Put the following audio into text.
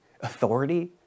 Authority